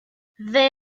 they